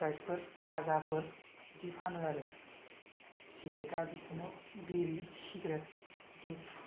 स्प्रायतफोर माजाफोर बिदि फानो आरो सिगेरेता बिदिनो बिरि सिगेरेत बिदि